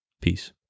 peace